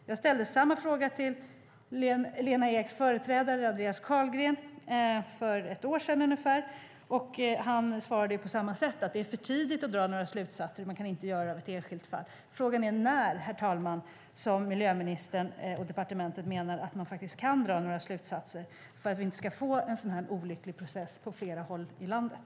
Jag ställde samma fråga till Lena Eks företrädare Andreas Carlgren för ungefär ett år sedan, och han svarade på samma sätt: Det är för tidigt att dra några slutsatser, och man kan inte göra det i ett enskilt fall. Frågan är när, herr talman, miljöministern och departementet menar att man kan dra några slutsatser så att vi inte får en så här olycklig process på flera håll i landet.